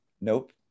Nope